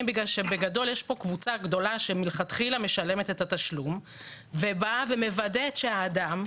בגלל שבגדול יש כאן קבוצה גדולה שמלכתחילה משלמת את התשלום ומוודאת שהאדם,